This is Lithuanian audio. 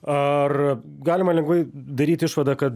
ar galima lengvai daryti išvadą kad